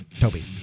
Toby